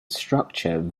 structure